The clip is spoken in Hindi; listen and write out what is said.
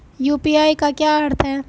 यू.पी.आई का क्या अर्थ है?